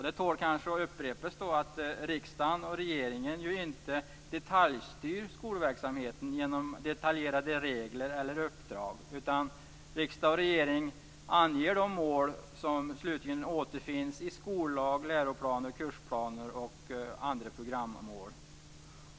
Det tål kanske att upprepas att riksdagen och regeringen inte detaljstyr skolverksamheten genom detaljerade regler eller uppdrag, utan riksdag och regering anger de mål som slutligen återfinns i skollag, läroplaner, kursplaner och andra programmål.